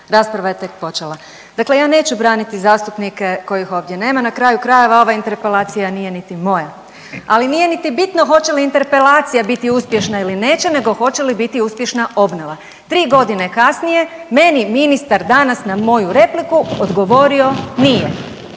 rasprava je tek počela. Dakle, ja neću braniti zastupnike kojih ovdje nama, na kraju krajeva ova interpelacija nije niti moja, ali nije niti bitno hoće li interpelacija biti uspješna ili neće nego hoće li biti uspješna obnova. Tri godine kasnije meni ministar danas na moju repliku odgovori nije,